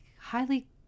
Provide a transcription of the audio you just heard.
highly